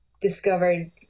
discovered